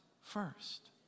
first